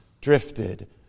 drifted